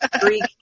Greek